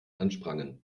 ansprangen